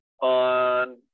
on